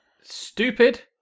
Stupid